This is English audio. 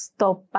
Stopa